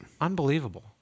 Unbelievable